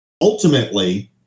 ultimately